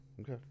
Okay